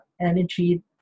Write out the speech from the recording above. energy